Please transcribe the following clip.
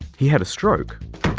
he had a stroke.